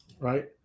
right